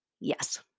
Yes